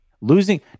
losing